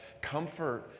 comfort